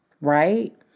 right